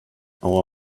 our